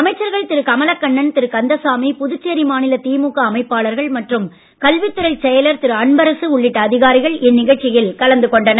அமைச்சர்கள் திரு கமலக் கண்ணன் திரு கந்தசாமி புதுச்சேரி மாநில திமுக அமைப்பாளர்கள் மற்றும் கல்வித் துறை செயலர் திரு அன்பரசு உள்ளிட்ட அதிகாரிகள் இந்நிகழ்ச்சியில் கலந்து கொண்டனர்